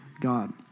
God